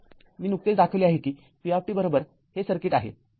मी नुकतेच दाखविले आहे कि v हे सर्किट आहे